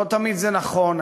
לא תמיד זה נכון,